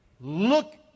Look